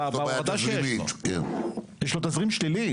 יש לו תזרים שלילי,